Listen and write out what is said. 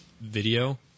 video